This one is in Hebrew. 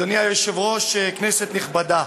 אדוני היושב-ראש, כנסת נכבדה,